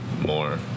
more